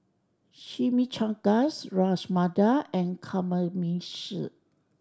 Chimichangas Ras Malai and Kamameshi